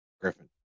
Griffin